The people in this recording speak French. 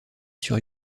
sur